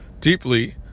deeply